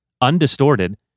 undistorted